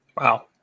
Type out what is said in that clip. Wow